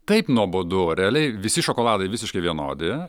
taip nuobodu o realiai visi šokoladai visiškai vienodi